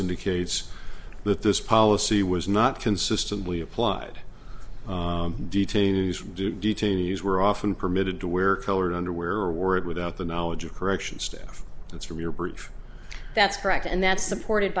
indicates that this policy was not consistently applied detainees do detainees were often permitted to wear colored underwear or word without the knowledge of corrections staff that's from your brief that's correct and that's supported